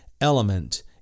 element